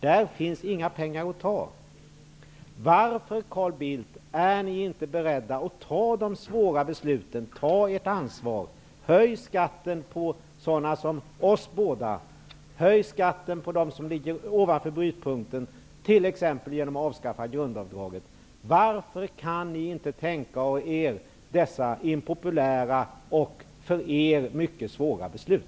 Där finns inga pengar att ta. Varför, Carl Bildt, är ni inte beredda att fatta de svåra besluten, att ta ert ansvar? Höj skatten för sådana som oss båda. Höj skatten för dem som ligger ovanför brytpunkten, t.ex. genom att avskaffa grundavdraget. Varför kan ni inte tänka er att fatta dessa impopulära och för er mycket svåra beslut?